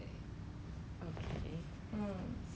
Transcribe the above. ya but then I say I not confident